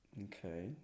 Okay